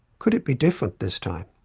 could it be different this time?